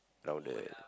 louder